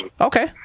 Okay